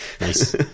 Nice